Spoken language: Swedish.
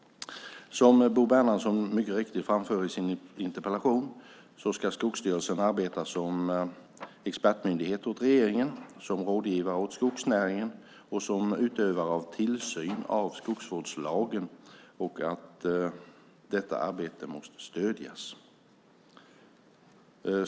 Som Bo Bernhardsson mycket riktigt framför i sin interpellation ska Skogsstyrelsen arbeta som expertmyndighet åt regeringen, som rådgivare åt skogsnäringen och som utövare av tillsyn av skogsvårdslagen och att detta arbete måste stödjas.